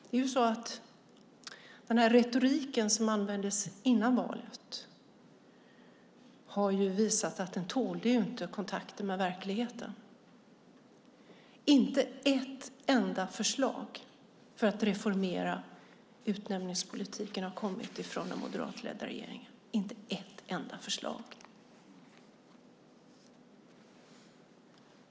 Det är ju så att retoriken som användes innan valet har visat sig inte tåla kontakten med verkligheten. Inte ett enda förslag för att reformera utnämningspolitiken har kommit från den moderatledda regeringen - inte ett enda förslag!